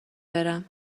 برم